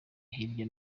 hirya